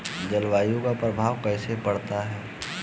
जलवायु का प्रभाव कैसे पड़ता है?